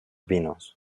vinos